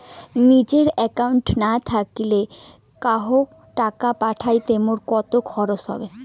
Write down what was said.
নিজের একাউন্ট না থাকিলে কাহকো টাকা পাঠাইতে মোর কতো খরচা হবে?